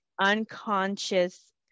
unconscious